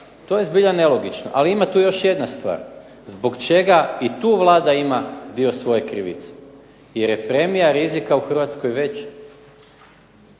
To je zbilja nelogično. Ali ima tu još jedna stvar. Zbog čega i tu Vlada ima dio svoje krivice, jer je premija rizika u Hrvatskoj već